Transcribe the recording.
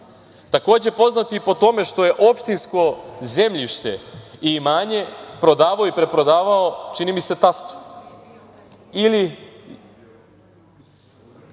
Takođe, poznat je i po tome što je opštinsko zemljište i imanje prodavao i preprodavao, čini mi se tastu.